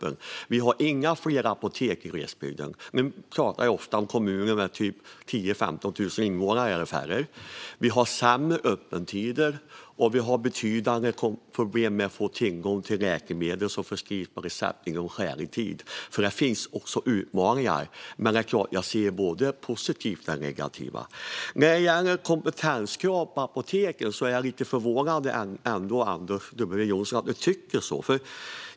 Det finns inte fler apotek i glesbygden. Jag talar ofta om kommuner med 10 000-15 000 invånare eller färre. Öppettiderna är sämre, och det råder betydande problem med att inom skälig tid få tillgång till receptbelagda läkemedel. Det finns utmaningar, men jag ser både det positiva och det negativa. Sedan var det frågan om kompetenskrav på apotekspersonalen. Jag är ändå lite förvånad över vad Anders W Jonsson tycker.